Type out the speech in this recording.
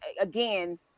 again